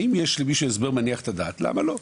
האם יש למישהו הסבר מניח את הדעת - למה לא.